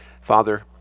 Father